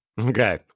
Okay